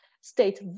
state